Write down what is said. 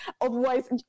Otherwise